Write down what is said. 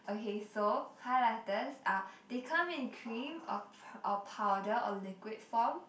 okay so highlighters are they come in cream or or powder or liquid form